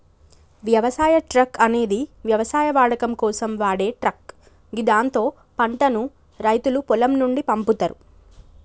వ్యవసాయ ట్రక్ అనేది వ్యవసాయ వాడకం కోసం వాడే ట్రక్ గిదాంతో పంటను రైతులు పొలం నుండి పంపుతరు